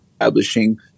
establishing